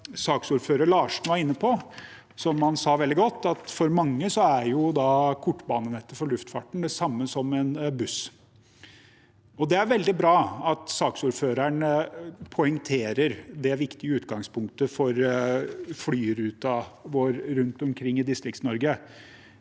og som han sa veldig godt, at for mange er kortbanenettet i luftfarten det samme som en buss. Det er veldig bra at saksordføreren poengterer det viktige utgangspunktet for flyrutene våre rundt omkring i DistriktsNorge.